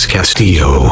Castillo